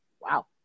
wow